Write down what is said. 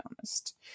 honest